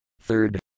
Third